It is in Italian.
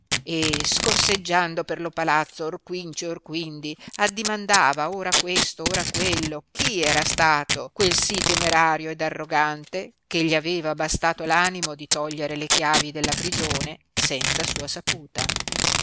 e scorseggiando per lo palazzo or quinci or quindi addimandava or a questo or a quello chi era stato quel sì temerario ed arrogante che gli aveva bastato l animo di togliere le chiavi della prigione senza sua saputa